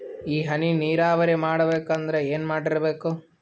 ಈ ಹನಿ ನೀರಾವರಿ ಮಾಡಬೇಕು ಅಂದ್ರ ಏನ್ ಮಾಡಿರಬೇಕು?